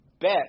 bet